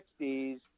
60s